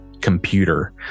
computer